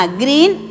green